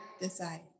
decide